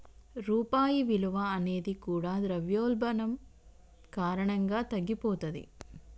రూపాయి విలువ అనేది కూడా ద్రవ్యోల్బణం కారణంగా తగ్గిపోతది